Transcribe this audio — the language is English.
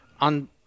on